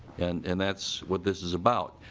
and and that's what this is about.